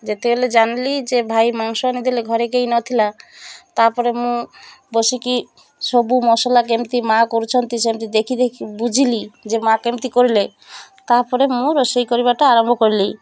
ଯେତେବେଳେ ଜାଣିଲି ଯେ ଭାଇ ମାଂସ ଆଣିଦେଲେ ଘରେ କେହି ନଥିଲା ତା'ପରେ ମୁଁ ବସିକି ସବୁ ମସଲା କେମିତି ମା' କରୁଛନ୍ତି ସେମିତି ଦେଖି ଦେଖି ବୁଝିଲି ଯେ ମା' କେମିତି କରିଲେ ତା'ପରେ ମୁଁ ରୋଷେଇ କରିବାଟା ଆରମ୍ଭ କଲି